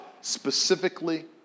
specifically